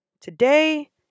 Today